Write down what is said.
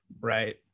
right